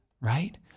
right